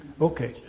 okay